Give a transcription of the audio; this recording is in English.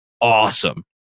awesome